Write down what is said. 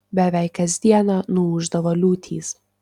beveik kas dieną nuūždavo liūtys